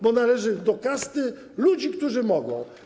Bo należy do kasty ludzi, którzy mogą.